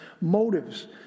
motives